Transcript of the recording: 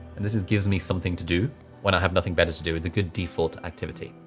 and this just gives me something to do when i have nothing better to do. it's a good default activity.